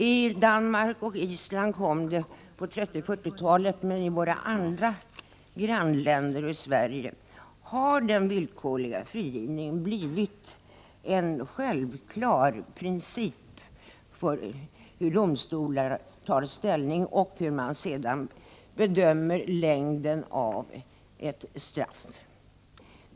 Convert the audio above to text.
I Danmark och Island infördes den på 1930 och 1940-talet, men i våra andra grannländer och i Sverige har den villkorliga frigivningen blivit en självklar princip när domstolar tar ställning och när man bedömer längden av ett straff.